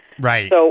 Right